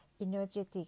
energetic